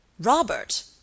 Robert